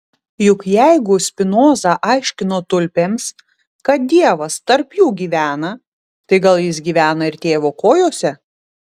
juk jeigu spinoza aiškino tulpėms kad dievas tarp jų gyvena tai gal jis gyvena ir tėvo kojose